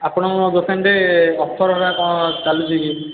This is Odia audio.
ଆପଣଙ୍କ ଦୋକାନରେ ଅଫର୍ ହେରା କ'ଣ ଚାଲୁଛି କି